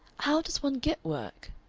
how does one get work?